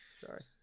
Sorry